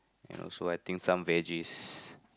and also I think some veggies